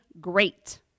great